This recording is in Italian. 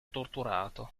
torturato